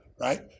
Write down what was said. Right